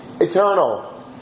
eternal